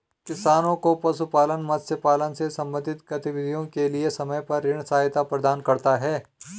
किसानों को पशुपालन, मत्स्य पालन से संबंधित गतिविधियों के लिए समय पर ऋण सहायता प्रदान करता है